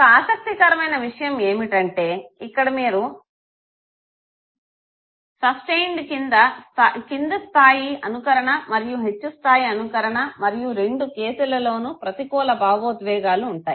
ఒక ఆసక్తికరమైన విషయం ఏమిటంటే ఇక్కడ మీరు సస్టైన్డ్ కింది స్థాయి అనుకరణ మరియు హెచ్చు స్థాయి అనుకరణ మరియు రెండు కేసులలోను ప్రతికూల భావోద్వేగాలు ఉంటాయి